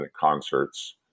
concerts